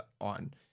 on